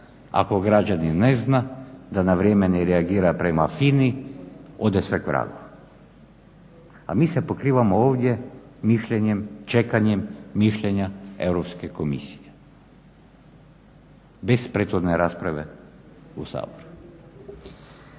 Ako građanin ne zna da na vrijeme reagira prema FINA-i ode sve k vragu, a mi se pokrivamo ovdje mišljenjem, čekanjem mišljenja Europske komisije bez prethodne rasprave u Saboru.